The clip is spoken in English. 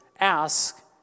ask